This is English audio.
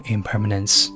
Impermanence